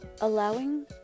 allowing